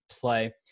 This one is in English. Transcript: play